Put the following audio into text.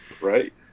Right